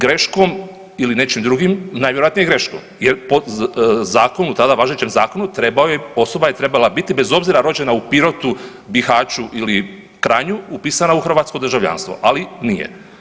Greškom ili nečim drugim, najvjerojatnije greškom jer po zakonu, tada važećem zakonu, osoba je trebala biti bez obzira rođena u … Bihaću ili Kranju upisana u hrvatsko državljanstvo, ali nije.